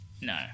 no